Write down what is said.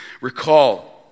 Recall